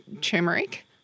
turmeric